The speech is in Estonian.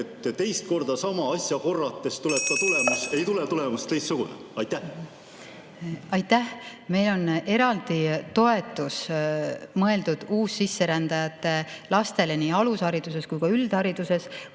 et teist korda sama asja korrates ei tule tulemus teistsugune? Aitäh! Meil on eraldi toetus mõeldud uussisserändajate lastele nii alushariduses kui ka üldhariduses.